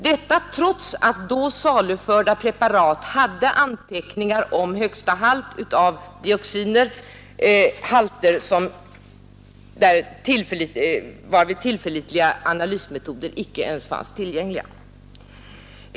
Men de då saluförda preparaten hade anvisningar om högsta halt av dioxiner, trots att några tillförlitliga analysmetoder icke fanns tillgäng liga!